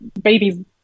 babies